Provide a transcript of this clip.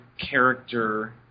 character